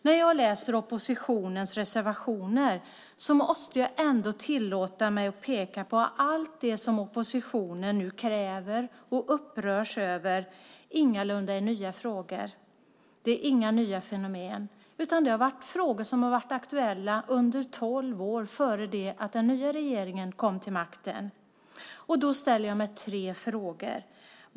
När jag läser oppositionens reservationer måste jag tillåta mig att peka på att allt det som oppositionen nu kräver och upprörs över ingalunda är nya frågor. Det är inga nya fenomen. Det är frågor som har varit aktuella under tolv år före det att den nya regeringen kom till makten. Jag ställer mig tre frågor.